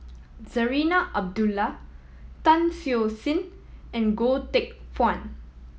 Zarinah Abdullah Tan Siew Sin and Goh Teck Phuan